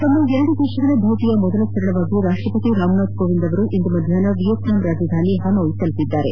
ತಮ್ಮ ಎರಡು ದೇತಗಳ ಭೇಟಿಯ ಮೊದಲ ಚರಣವಾಗಿ ರಾಷ್ಷಪತಿ ರಾಮನಾಥ್ ಕೋವಿಂದ್ ಇಂದು ಮಧ್ಯಾಷ್ನ ವಿಯೆಟ್ನಾಂ ರಾಜಧಾನಿ ಪನೋಯ್ ತಲುಪಿದ್ದಾರೆ